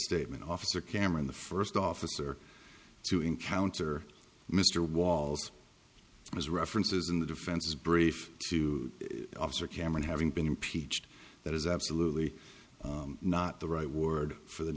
statement officer cameron the first officer to encounter mr wallace as references in the defense's brief to officer cameron having been impeached that is absolutely not the right word for the